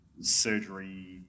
surgery